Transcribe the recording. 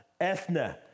ethna